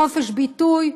חופש ביטוי?